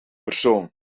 persoon